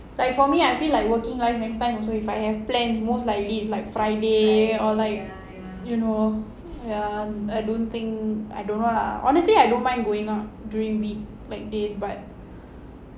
like for me I feel like working life next time also if I have plans most likely it's like friday or like you know ya I don't think I don't know lah honestly I don't mind going out during week like days but